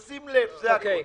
שים לב, זה הכול.